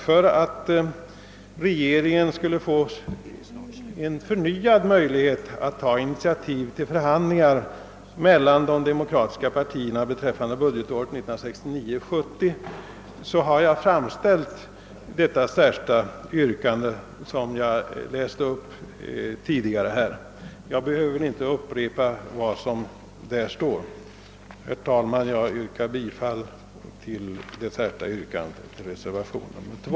För att regeringen skulle få tillfälle att ta nya initiativ till förhandlingar med de demokratiska partierna beträffande budgetåret 1969/70 har jag här framställt ett särskilt yrkande vars ordalag jag väl inte behöver upprepa. Herr talman! Jag vidhåller mitt yrkande om bifall till det särskilda yrkandet och till reservationen 2.